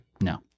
no